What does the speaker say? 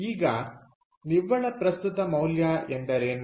ಈಗ ನಿವ್ವಳ ಪ್ರಸ್ತುತ ಮೌಲ್ಯ ಎಂದರೇನು